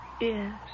Yes